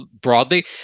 broadly